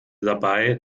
dabei